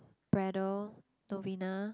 Braddell Novena